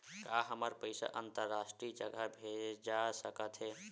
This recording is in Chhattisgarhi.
का हमर पईसा अंतरराष्ट्रीय जगह भेजा सकत हे?